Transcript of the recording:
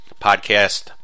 podcast